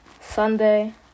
Sunday